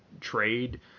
trade